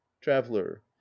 traveller